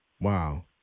Wow